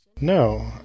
No